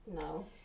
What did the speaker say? No